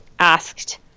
asked